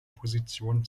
position